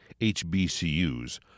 HBCUs